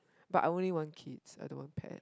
but I only want kids I don't want pets